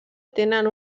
tenen